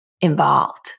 involved